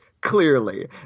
clearly